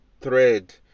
thread